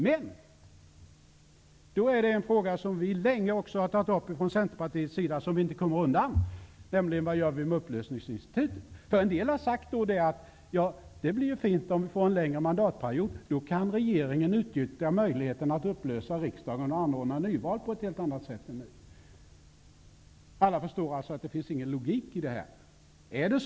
Men en fråga som vi inte kommer undan, som vi har tagit upp länge från Centerpartiet, är vad vi gör med upplösningsinstitutet. En del har sagt: Det blir fint om vi får en längre mandatperiod. Då kan regeringen på ett helt annat sätt än nu utnyttja möjligheten att upplösa riksdagen och anordna nyval. Alla förstår att det inte finns någon logik i det.